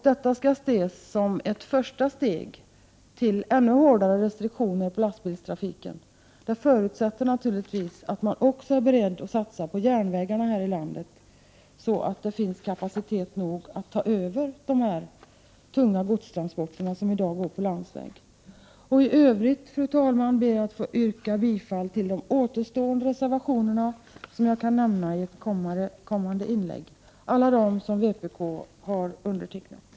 Detta skall ses som ett första steg till annu hårdare restriktioner för lastbilstrafiken. Vi reservanter förutsätter natur. vis att man också skall vara beredd att satsa på järnvägarna i vårt land, så att det finns kapacitet nog för att ta över de tunga godstransporter som i dag går på landsväg. I övrigt, fru talman, ber jag att få yrka bifall till de återstående reservationer som undertecknats av vpk och som jag skall nämna i ett kommande inlägg.